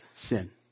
sin